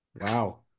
Wow